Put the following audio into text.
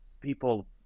people